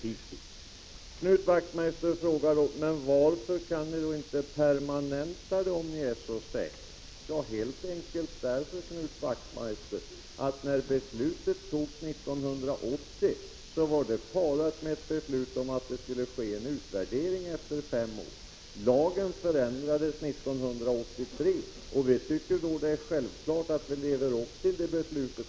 Knut Wachtmeister frågade varför skatteflyktsklausulen inte kan permanentas, när vi är så säkra på att den fyller sitt syfte. Jo, Knut Wachtmeister, helt enkelt därför att det i det beslut som fattades 1980 sades att en utvärdering skulle ske efter fem år. Lagen förändrades 1983. Vi tycker att det är självklart att leva upp till det beslutet.